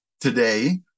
today